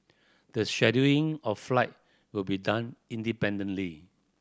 the scheduling of flight will be done independently